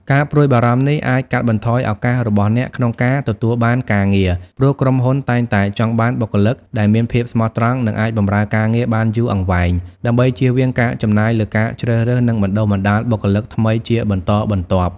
ការព្រួយបារម្ភនេះអាច កាត់បន្ថយឱកាសរបស់អ្នកក្នុងការទទួលបានការងារ ព្រោះក្រុមហ៊ុនតែងតែចង់បានបុគ្គលិកដែលមានភាពស្មោះត្រង់ និងអាចបម្រើការងារបានយូរអង្វែង ដើម្បីជៀសវាងការចំណាយលើការជ្រើសរើស និងបណ្ដុះបណ្ដាលបុគ្គលិកថ្មីជាបន្តបន្ទាប់។